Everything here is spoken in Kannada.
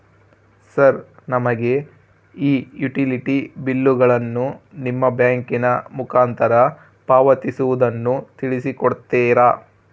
ಸರ್ ನಮಗೆ ಈ ಯುಟಿಲಿಟಿ ಬಿಲ್ಲುಗಳನ್ನು ನಿಮ್ಮ ಬ್ಯಾಂಕಿನ ಮುಖಾಂತರ ಪಾವತಿಸುವುದನ್ನು ತಿಳಿಸಿ ಕೊಡ್ತೇರಾ?